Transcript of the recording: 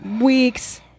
weeks